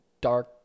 dark